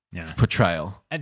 portrayal